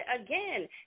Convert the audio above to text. again